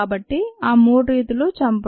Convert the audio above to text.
కాబట్టి ఆ 3 రీతులు చంపు